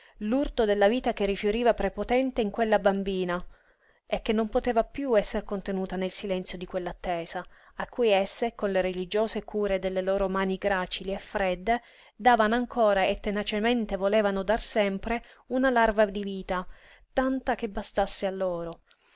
l'urto della vita che rifioriva prepotente in quella bambina e che non poteva piú esser contenuta nel silenzio di quell'attesa a cui esse con le religiose cure delle loro mani gracili e fredde davano ancora e tenacemente volevano dar sempre una larva di vita tanta che bastasse a loro